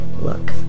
look